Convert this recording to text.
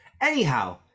Anyhow